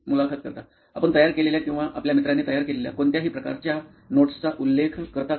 मुलाखत कर्ता आपण तयार केलेल्या किंवा आपल्या मित्राने तयार केलेल्या कोणत्याही प्रकारच्या नोट्सचा उल्लेख करता का